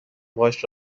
باهاش